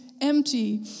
empty